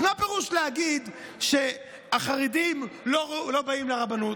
אז מה הפירוש להגיד שהחרדים לא באים לרבנות?